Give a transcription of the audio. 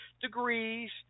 degrees